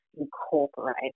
incorporate